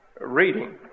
reading